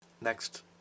Next